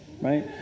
right